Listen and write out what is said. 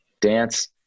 dance